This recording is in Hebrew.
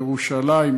ירושלים,